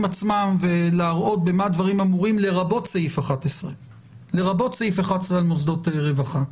עצמם ולהראות במה דברים אמורים לרבות סעיף 11 על מוסדות רווחה,